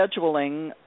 scheduling